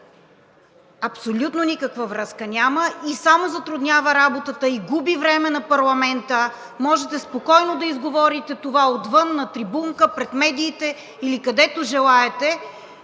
абсолютно никаква връзка няма и само затруднява работата и губи време на парламента. Можете спокойно да изговорите това отвън на трибунка, пред медиите или където желаете.